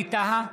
ווליד טאהא,